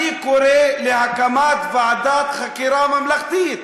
אני קורא להקמת ועדת חקירה ממלכתית.